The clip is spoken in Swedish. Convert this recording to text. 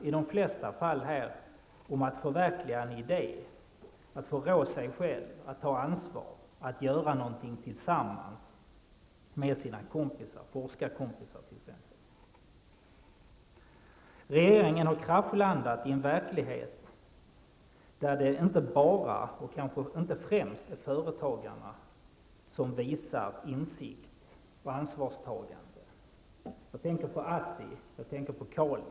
I de flesta fall handlar det om att förverkliga en idé, att få rå sig själv, att ta ansvar, att göra någonting tillsammans med sina kompisar, forskarkompisar t.ex. Regeringen har kraschlandat i en verklighet där det inte bara, och kanske inte främst, är företagarna som visar insikt och ansvarstagande. Jag tänker på ASSI, och jag tänker på Kalix.